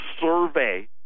survey